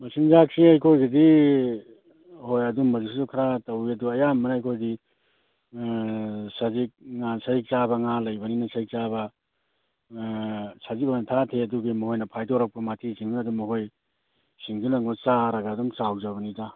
ꯃꯆꯤꯟꯖꯥꯛꯁꯦ ꯑꯩꯈꯣꯏꯒꯤꯗꯤ ꯍꯣꯏ ꯑꯗꯨꯝꯕꯗꯨꯁꯨ ꯈꯔ ꯇꯧꯏ ꯑꯗꯣ ꯑꯌꯥꯝꯕꯅ ꯑꯩꯈꯣꯏꯗꯤ ꯁꯖꯤꯛ ꯁꯖꯤꯛ ꯆꯥꯕ ꯉꯥ ꯂꯩꯕꯅꯤꯅ ꯁꯖꯤꯛ ꯆꯥꯕ ꯁꯖꯤꯛ ꯑꯣꯏꯅ ꯊꯥꯗꯩ ꯑꯗꯨꯒꯤ ꯃꯣꯏꯅ ꯐꯥꯏꯗꯣꯔꯛꯄ ꯃꯊꯤꯁꯤꯡꯗꯨ ꯑꯗꯨꯝ ꯃꯈꯣꯏ ꯁꯤꯡꯗꯨꯅ ꯑꯃꯨꯛꯀ ꯆꯥꯔꯒ ꯑꯗꯨꯝ ꯆꯥꯎꯖꯕꯅꯤꯗ